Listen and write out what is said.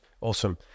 Awesome